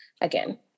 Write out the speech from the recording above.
again